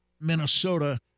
Minnesota